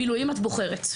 מילואים את בוחרת".